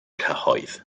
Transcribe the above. cyhoedd